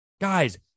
Guys